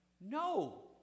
No